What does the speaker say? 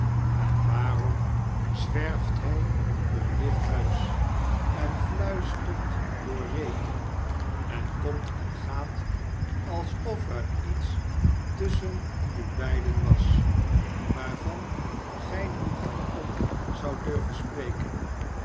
en waarom zwerft hij om dit huis en fluistert door reten en komt en gaat alsof er iets tusschen u beiden was waarvan gij niet hardop zoudt durven spreken